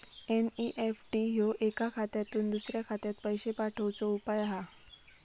NEFT ह्यो एका खात्यातुन दुसऱ्या खात्यात पैशे पाठवुचो उपाय हा